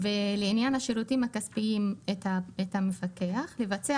ולעניין השירותים הכספיים את המפקח לבצע